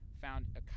found